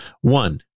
One